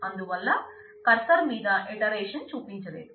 అందువల్ల కర్సర్ మీద ఇటరేషన్ చూపించలేదు